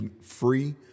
free